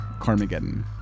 Carmageddon